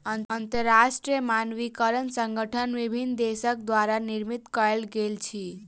अंतरराष्ट्रीय मानकीकरण संगठन विभिन्न देसक द्वारा निर्मित कयल गेल अछि